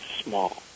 small